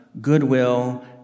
goodwill